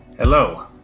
Hello